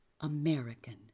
American